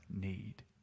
need